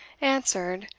answered,